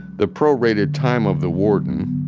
the prorated time of the warden,